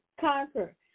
conquer